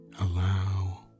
allow